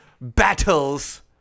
battles